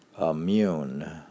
immune